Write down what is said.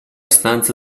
stanza